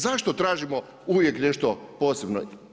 Zašto tražimo uvijek nešto posebno?